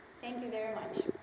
thank you very much.